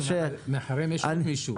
מאחוריהם יש עוד מישהו.